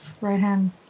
right-hand